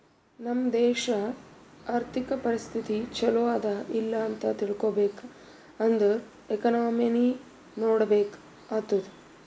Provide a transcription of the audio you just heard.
ನಮ್ ದೇಶಾ ಅರ್ಥಿಕ ಪರಿಸ್ಥಿತಿ ಛಲೋ ಅದಾ ಇಲ್ಲ ಅಂತ ತಿಳ್ಕೊಬೇಕ್ ಅಂದುರ್ ಎಕನಾಮಿನೆ ನೋಡ್ಬೇಕ್ ಆತ್ತುದ್